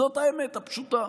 זאת האמת הפשוטה.